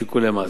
משיקולי מס.